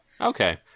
Okay